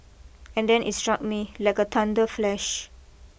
and then it struck me like a thunder flash